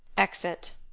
exit